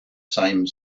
same